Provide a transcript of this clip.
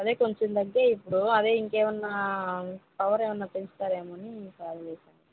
అదే కొంచం తగ్గాయి ఇప్పుడు అదే ఇంకేమన్నా పవర్ ఏమైనా పెంచుతారేమోని కాల్ చేశాను